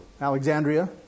Alexandria